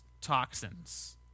toxins